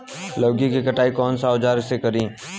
लौकी के कटाई कौन सा औजार से करी?